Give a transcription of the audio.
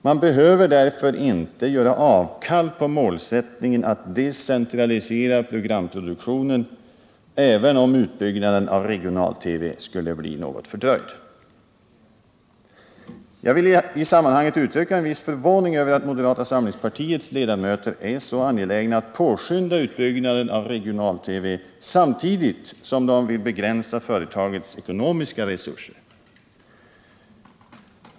Man behöver därför inte göra avkall på målsättningen att decentralisera programproduktionen, även om utbyggnaden av regional-TV skulle bli något fördröjd. Jag vill i sammanhanget uttrycka en viss förvåning över att moderata samlingspartiets ledamöter är så angelägna att påskynda utbyggnaden av regional-TV, samtidigt som de vill begränsa företagets ekonomiska resurser.